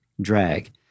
drag